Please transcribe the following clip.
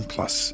Plus